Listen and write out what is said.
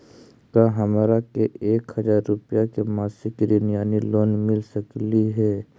का हमरा के एक हजार रुपया के मासिक ऋण यानी लोन मिल सकली हे?